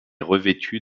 revêtue